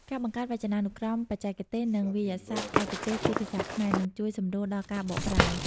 ការបង្កើតវចនានុក្រមបច្ចេកទេស និងវាក្យសព្ទឯកទេសជាភាសាខ្មែរ នឹងជួយសម្រួលដល់ការបកប្រែ។